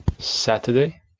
Saturday